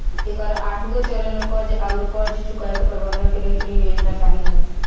एकर आठगो चरन में कर्ज आउर कर्ज चुकाए के प्रबंधन के बेहतरीन योजना सामिल ह